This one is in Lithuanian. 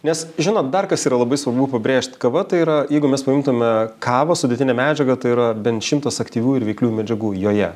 nes žinot dar kas yra labai svarbu pabrėžt kava tai yra jeigu mes paimtume kavą sudėtinę medžiagą tai yra bent šimtas aktyvių ir veiklių medžiagų joje